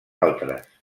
altres